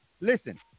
Listen